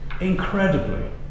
incredibly